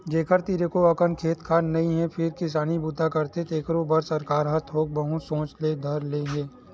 जेखर तीर एको अकन खेत खार नइ हे फेर किसानी बूता करथे तेखरो बर सरकार ह थोक बहुत सोचे ल धर ले हे